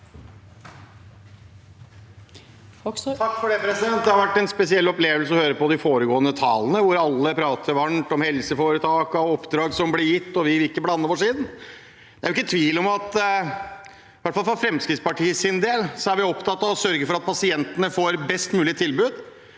Hoksrud (FrP) Det har vært en spesiell opplevelse å høre på de foregåendende talerne, hvor alle prater varmt om helseforetakene og oppdrag som blir gitt, og at vi ikke vil blande oss inn. Det er jo ikke tvil om at for Fremskrittspartiets del er vi opptatt av å sørge for at pasientene får best mulig tilbud.